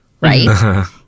Right